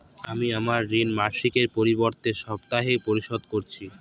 আমি আমার ঋণ মাসিকের পরিবর্তে সাপ্তাহিক পরিশোধ করছি